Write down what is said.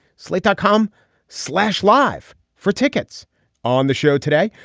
slate dot com slash life for tickets on the show today.